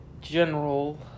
General